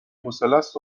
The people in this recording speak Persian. حوصلست